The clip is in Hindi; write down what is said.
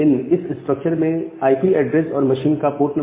इस स्ट्रक्चर में आईपी एड्रेस और मशीन का पोर्ट नंबर है